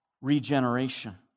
regeneration